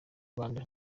rwanda